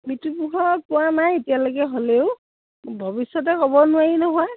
মৃত্যুমুখত পৰা নাই এতিয়ালৈকে হ'লেও ভৱিষ্যতে ক'ব নোৱাৰি নহয়